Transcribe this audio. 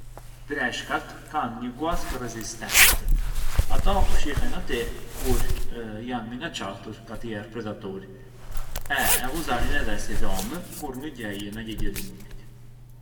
Breshkat kanë nje guaskë resistentë, ato fshihen aty kur janë minaçartur ka tjerë predhaturë e e ghuzarjën edhe si dhomë kur ngë gjejën ndo gjagjë dhi më mirë.